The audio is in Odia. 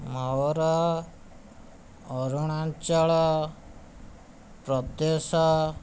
ମୋ'ର ଅରୁଣାଞ୍ଚଳ ପ୍ରଦେଶ